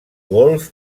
golf